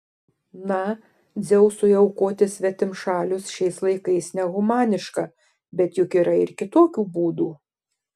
na dzeusui aukoti svetimšalius šiais laikais nehumaniška bet juk yra ir kitokių būdų